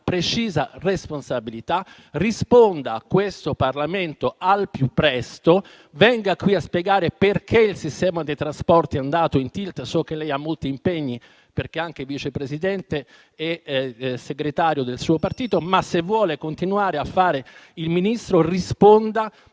precisa responsabilità. Risponda a questo Parlamento al più presto. Venga qui a spiegare perché il sistema dei trasporti è andato in tilt. So che lei ha molti impegni perché è anche vice presidente e segretario del suo partito. Ma, se vuole continuare a fare il Ministro, risponda